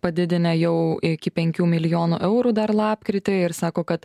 padidinę jau iki penkių milijonų eurų dar lapkritį ir sako kad